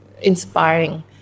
inspiring